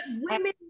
women